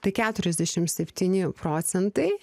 tai keturiasdešimt septyni procentai